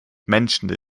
mentioned